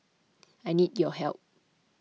I need your help